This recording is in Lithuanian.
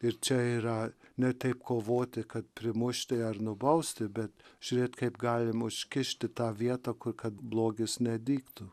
ir čia yra ne taip kovoti kad primušti ar nubausti bet žiūrėt kaip galima užkišti tą vietą kur kad blogis nedygtų